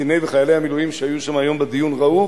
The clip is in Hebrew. קציני וחיילי המילואים שהיו שם היום בדיון ראו,